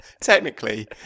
Technically